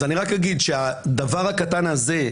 אני רק אגיד שהדבר הקטן הזה,